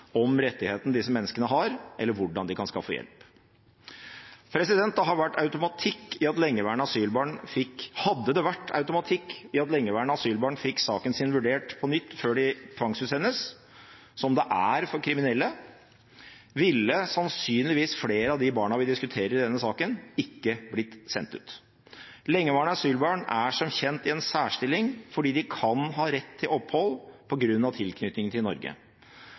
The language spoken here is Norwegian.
om rettigheten disse menneskene har, eller hvordan de kan skaffe hjelp. Hadde det vært automatikk i at lengeværende asylbarn fikk saken sin vurdert på nytt før de tvangsutsendes, som det er for kriminelle, ville sannsynligvis flere av de barna vi diskuterer i denne saken, ikke blitt sendt ut. Lengeværende asylbarn er som kjent i en særstilling fordi de kan ha rett til opphold på grunn av tilknytning til Norge.